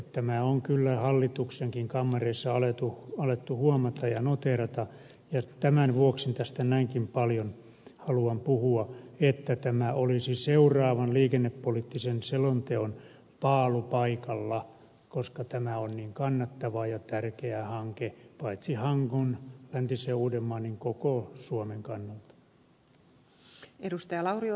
tämä on kyllä hallituksenkin kammareissa alettu huomata ja noteerata ja tämän vuoksi tästä näinkin paljon haluan puhua että tämä olisi seuraavan liikennepoliittisen selonteon paalupaikalla koska tämä on niin kannattava ja tärkeä hanke paitsi hangon ja läntisen uudenmaan myös koko suomen kannalta